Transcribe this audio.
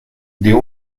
dio